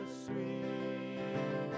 sweet